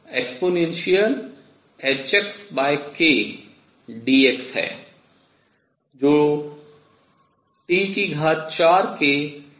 जो T4 के समानुपाती है